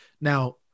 Now